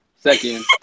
Second